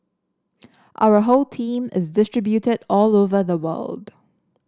our whole team is distributed all over the world